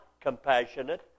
compassionate